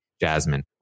Jasmine